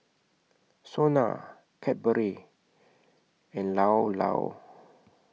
Sona Cadbury and Llao Llao